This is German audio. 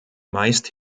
meist